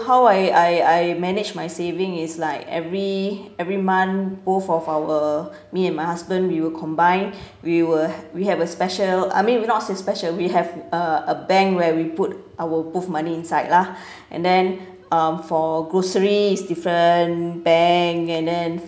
how I I I manage my saving is like every every month both of our me and my husband we will combine we will we have a special I mean we not say special we have a a bank where we put our both money inside lah and then um for groceries is different bank and then